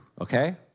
Okay